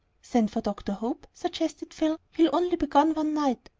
send for dr. hope, suggested phil. he'll only be gone one night.